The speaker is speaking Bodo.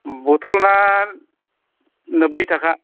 बटलना नोबबैताखा